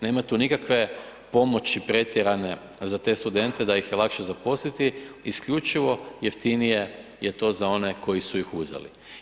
Nema tu nikakve pomoći pretjerane za te studente da ih je lakše zaposliti, isključivo jeftinije je to za one koji su ih uzeli.